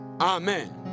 amen